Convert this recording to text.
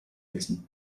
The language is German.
wissen